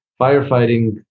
firefighting